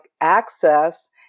access